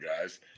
guys